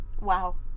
Wow